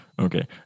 Okay